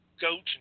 goats